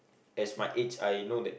as my age I know that